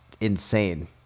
insane